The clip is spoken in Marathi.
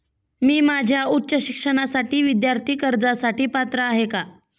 मी माझ्या उच्च शिक्षणासाठी विद्यार्थी कर्जासाठी पात्र आहे का?